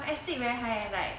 my astig very high leh like